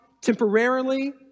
temporarily